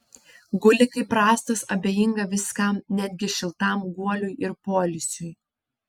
guli kaip rąstas abejinga viskam netgi šiltam guoliui ir poilsiui